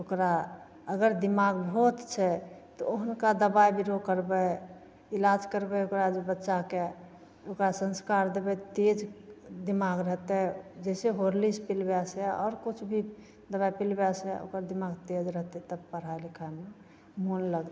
ओकरा अगर दिमाग भोथ छै तऽ हुनका दवाइ बिरो करबै इलाज करबै ओकरा जे बच्चाके ओकरा संस्कार देबै तेज दिमाग रहतै जइसे हॉर्लिक्स पिलबैसे आओर किछु भी दवाइ पिलबैसे ओकर दिमाग तेज रहतै तब पढ़ाइ लिखाइमे मोन लगतै